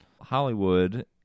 Hollywood